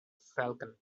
falcon